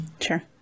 Sure